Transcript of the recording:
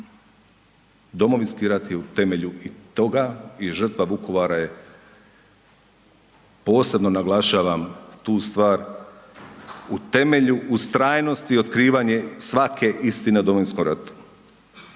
Domovinski rat je u temelju i toga i žrtva Vukovara je, posebno naglašavam tu stvar, u temelju ustrajnosti otkrivanje svake istine u Domovinskom ratu.